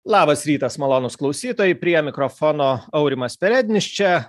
labas rytas malonūs klausytojai prie mikrofono aurimas perednis čia